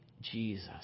Jesus